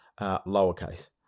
lowercase